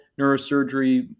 neurosurgery